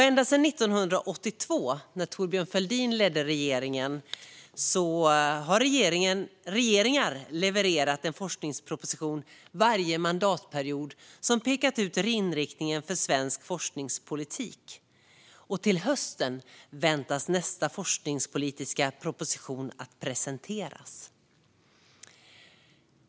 Ända sedan 1982, då Thorbjörn Fälldin ledde regeringen, har regeringar varje mandatperiod levererat en forskningsproposition som pekat ut inriktningen för svensk forskningspolitik. Till hösten väntas nästa forskningspolitiska proposition presenteras.